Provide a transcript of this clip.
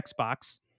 Xbox